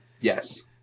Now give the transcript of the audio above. yes